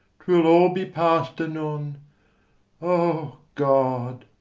twill all be past anon o god,